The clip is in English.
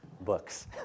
books